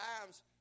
times